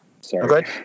sorry